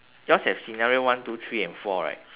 yours have scenario one two three and four right